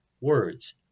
words